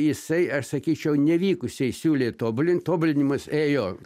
jisai aš sakyčiau nevykusiai siūlė tobulinti tobulinimas ėjo